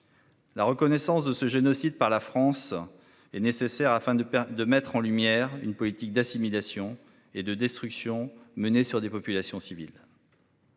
La reconnaissance de ce génocide par la France est nécessaire afin de de mettre en lumière une politique d'assimilation et de destructions menées sur des populations civiles.